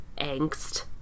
angst